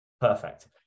perfect